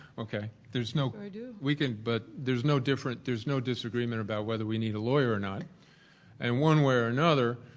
okay, there's no sure do. we can but there's no different. there's no disagreement about whether we need a lawyer or not. and one way or another,